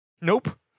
nope